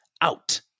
out